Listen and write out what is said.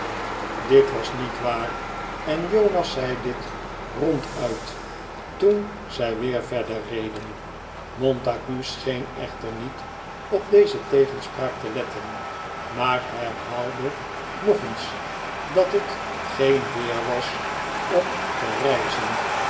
dit was niet waar en jonas zei dit ronduit toen zij weer verder reden montague scheen echter niet op deze tegenspraak te letten maar herhaalde nog eens dat het geen weer was om te reizen